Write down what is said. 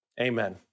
Amen